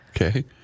Okay